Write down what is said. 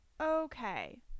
Okay